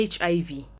HIV